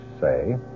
say